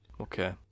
Okay